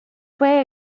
fue